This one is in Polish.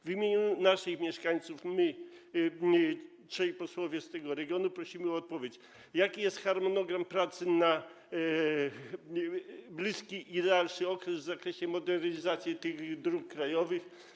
W imieniu naszym i naszych mieszkańców my, trzej posłowie z tego regionu, prosimy o odpowiedź, jaki jest harmonogram pracy na bliższy i dalszy okres w zakresie modernizacji tych dróg krajowych.